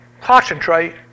concentrate